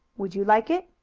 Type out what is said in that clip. would you like it?